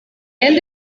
end